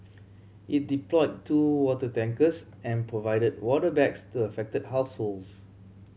it deployed two water tankers and provided water bags to affected households